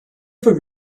ever